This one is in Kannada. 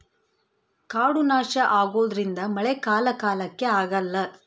ಕಾಡು ನಾಶ ಆಗೋದ್ರಿಂದ ಮಳೆ ಕಾಲ ಕಾಲಕ್ಕೆ ಆಗಲ್ಲ